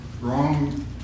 wrong